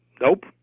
Nope